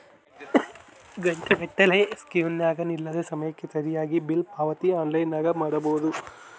ಘಂಟೆಗಟ್ಟಲೆ ಕ್ಯೂನಗ ನಿಲ್ಲದೆ ಸಮಯಕ್ಕೆ ಸರಿಗಿ ಬಿಲ್ ಪಾವತಿ ಆನ್ಲೈನ್ನಾಗ ಮಾಡಬೊದು